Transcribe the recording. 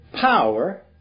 power